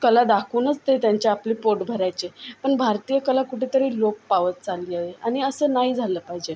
कला दाखवूनच ते त्यांचे आपले पोट भरायचे पण भारतीय कला कुठंतरी लोप पावत चालली आहे आणि असं नाही झालं पाहिजे